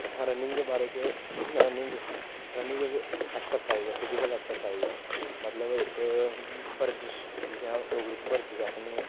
running दे बारे च रनिंग रनिंग इक ऐक्स्रसाईज़ ऐ फिजीकल ऐक्स्रसाईज़ मतलव इक बर्जिश जिसा अस डोगरी च बर्जिश आक्खनें होनें आं